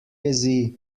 jezi